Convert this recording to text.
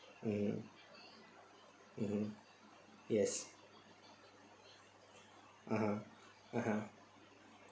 mm mmhmm yes(uh huh) (uh huh)